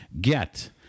get